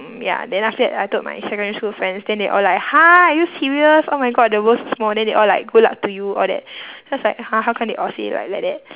mm ya then after that I told my secondary school friends then they all like !huh! are you serious oh my god the world so small then they all like good luck to you all that I was like !huh! how come they all say like like that